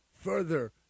further